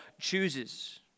chooses